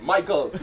Michael